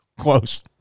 close